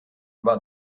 war